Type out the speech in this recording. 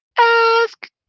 Ask